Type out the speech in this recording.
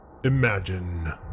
Imagine